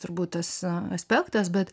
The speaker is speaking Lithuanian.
turbūt tas aspektas bet